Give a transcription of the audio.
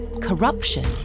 corruption